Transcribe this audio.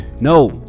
no